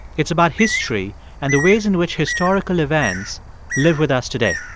it's about history and the ways in which historical events live with us today.